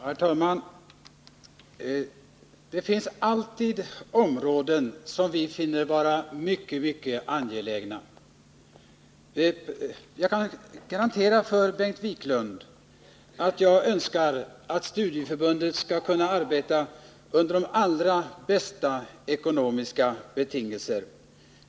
Herr talman! Det finns alltid områden som vi finner vara utomordentligt angelägna, och jag kan försäkra Bengt Wiklund att jag önskar att studieförbunden skall kunna arbeta under de allra bästa ekonomiska betingelser.